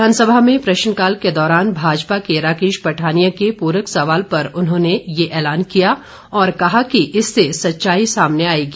विधानसभा में प्रश्नकाल के दौरान भाजपा के राकेश पठानिया के प्ररक सवाल पर उन्होंने ये ऐलान किया और कहा कि इससे सच्चाई सामने आएगी